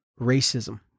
racism